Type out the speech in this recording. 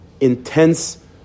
intense